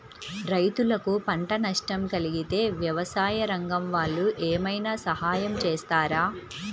రైతులకు పంట నష్టం కలిగితే వ్యవసాయ రంగం వాళ్ళు ఏమైనా సహాయం చేస్తారా?